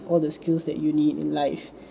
all the skills that you need in life